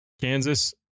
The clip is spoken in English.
Kansas